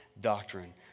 doctrine